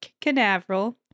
Canaveral